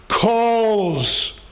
calls